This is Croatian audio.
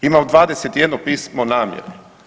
Imamo 21 pismo namjere.